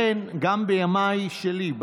גם בימיי שלי,